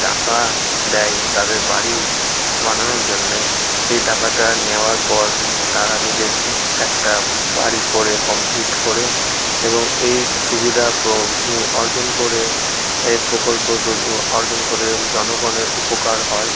টাকা দেয় তাদের বাড়ির বানানোর জন্যে সেই টাকাটা নেওয়ার পর তারা নিজের একটা বাড়ি করে কমপ্লিট করে এবং এই সুবিদা অর্জন করে এই প্রকল্প অর্জন করে জনগণের উপকার হয়